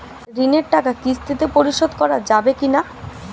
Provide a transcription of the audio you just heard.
ঋণের টাকা কিস্তিতে পরিশোধ করা যাবে কি না?